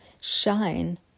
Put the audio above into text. shine